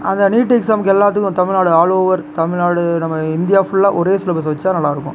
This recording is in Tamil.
அந்த நீட் எக்ஸாமுக்கு எல்லாத்துக்கும் தமிழ்நாடு ஆல் ஓவர் தமிழ்நாடு நம்ம இந்தியா ஃபுல்லாக ஒரே சிலபஸை வச்சால் நல்லா இருக்கும்